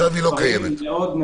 אני